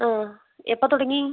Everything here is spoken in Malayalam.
ആ എപ്പോൾ തുടങ്ങി